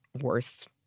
worth